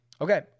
Okay